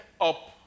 up